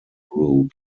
group